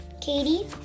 katie